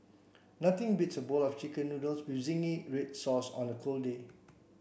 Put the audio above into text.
nothing beats a bowl of chicken noodles with zingy red sauce on a cold day